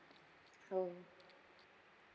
oh